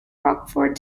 rockford